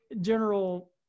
general